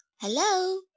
Hello